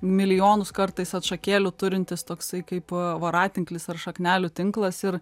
milijonus kartais atšakėlių turintis toksai kaip voratinklis ar šaknelių tinklas ir